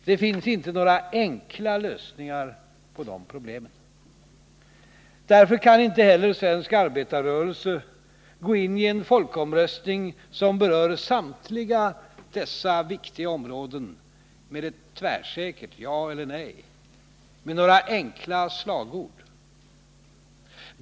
Det finns inte några enkla lösningar på dessa problem. Därför kan inte heller svensk arbetarrörelse gå in i en folkomröstning som berör samtliga dessa viktiga områden med ett tvärsäkert ja eller nej, med några enkla slagord.